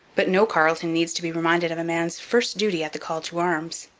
but no carleton needs to be reminded of a man's first duty at the call to arms.